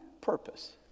purpose